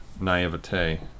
naivete